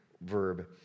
verb